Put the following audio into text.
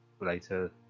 later